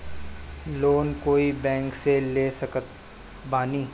Loan कोई bank से ले सकत बानी?